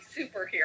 superhero